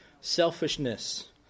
Selfishness